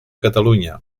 catalunya